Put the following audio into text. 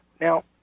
Now